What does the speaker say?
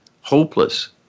hopeless